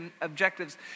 objectives